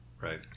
Right